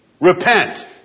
Repent